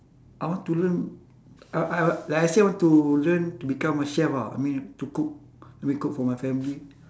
I want to learn I I like I say I want to learn to become a chef ah I mean to cook maybe cook for my family